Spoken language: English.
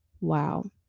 Wow